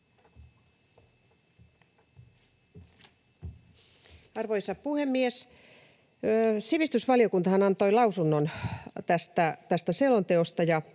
Arvoisa puhemies! Sivistysvaliokuntahan antoi lausunnon tästä selonteosta,